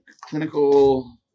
clinical